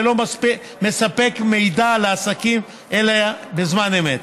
ולא מספק מידע לעסקים אלה בזמן אמת.